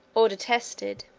or detested,